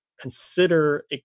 consider